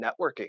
networking